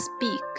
speak